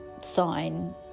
sign